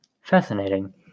Fascinating